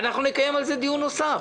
ואנחנו נקיים על זה דיון נוסף,